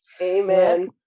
Amen